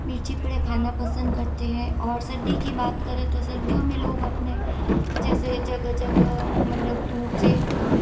मिर्ची बड़े खाना पसंद करते हैं और सर्दी की बात करें तो सर्दियों मे लोग अपने जैसे जगह जगह मतलब धूप सेंक